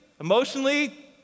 emotionally